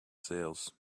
sails